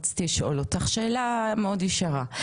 רציתי לשאול אותך שאלה מאוד ישירה,